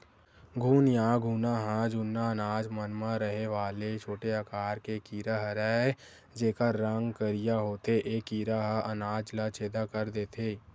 घुन या घुना ह जुन्ना अनाज मन म रहें वाले छोटे आकार के कीरा हरयए जेकर रंग करिया होथे ए कीरा ह अनाज ल छेंदा कर देथे